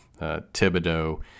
Thibodeau